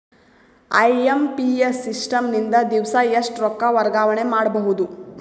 IMPS system ನಿಂದ ದಿವಸಾ ಎಷ್ಟ ರೊಕ್ಕ ವರ್ಗಾವಣೆ ಮಾಡಬಹುದು?